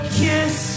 kiss